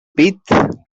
pit